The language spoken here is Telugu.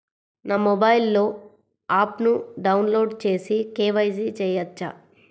నా మొబైల్లో ఆప్ను డౌన్లోడ్ చేసి కే.వై.సి చేయచ్చా?